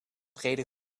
reden